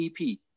ep